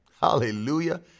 Hallelujah